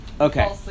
Okay